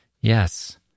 Yes